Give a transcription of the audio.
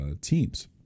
teams